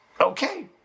Okay